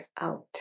out